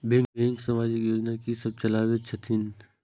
Bank समाजिक योजना की सब चलावै छथिन?